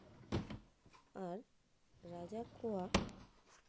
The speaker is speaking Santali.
ᱟᱨ ᱨᱟᱡᱟ ᱠᱚᱣᱟᱜ